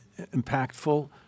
impactful